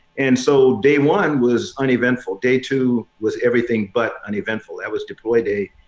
and so day one was uneventful. day two was everything but uneventful that was deploy day.